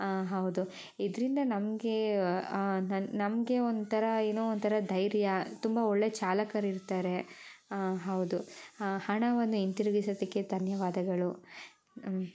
ಹೌದು ಇದರಿಂದ ನಮಗೆ ನಮಗೆ ಒಂಥರ ಏನೋ ಒಂಥರ ಧೈರ್ಯ ತುಂಬ ಒಳ್ಳೆಯ ಚಾಲಕರಿರ್ತಾರೆ ಹಾಂ ಹೌದು ಹಾಂ ಹಣವನ್ನು ಹಿಂತಿರುಗಿಸಿದ್ದಕ್ಕೆ ಧನ್ಯವಾದಗಳು